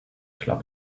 club